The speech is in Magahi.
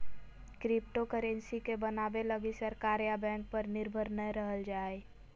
क्रिप्टोकरेंसी के बनाबे लगी सरकार या बैंक पर निर्भर नय रहल जा हइ